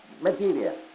material